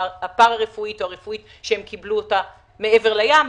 הפרא-רפואית או הרפואית שהם קיבלו אותה מעבר לים,